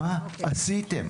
מה עשיתם?